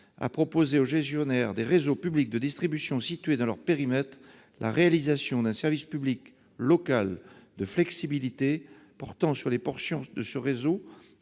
à proposer aux gestionnaires des réseaux publics de distribution situés dans leur périmètre la réalisation d'un service public local de flexibilité portant sur des portions de ce réseau,